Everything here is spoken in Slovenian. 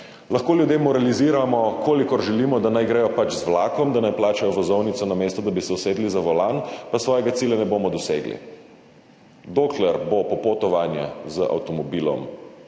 lahko ljudem moraliziramo, kolikor želimo, da naj pač gredo z vlakom, da naj plačajo vozovnico, namesto da bi se usedli za volan, pa svojega cilja ne bomo dosegli. Dokler bo popotovanje z avtomobilom